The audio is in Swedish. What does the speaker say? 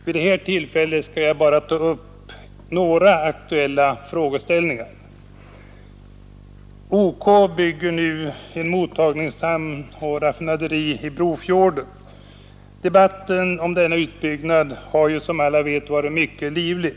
Vid det här tillfället skall jag bara ta upp några aktuella frågeställningar. OK bygger nu en mottagningshamn och ett raffinaderi i Brofjorden. Debatten om denna utbyggnad har som alla vet varit mycket livlig.